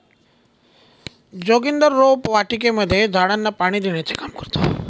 जोगिंदर रोपवाटिकेमध्ये झाडांना पाणी देण्याचे काम करतो